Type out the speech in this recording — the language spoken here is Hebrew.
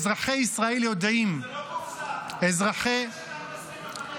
אזרחי ישראל יודעים --- זה לא קופסה --- חבר הכנסת אלקין,